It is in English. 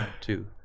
two